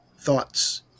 thoughts